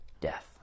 death